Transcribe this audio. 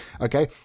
okay